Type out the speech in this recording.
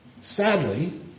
Sadly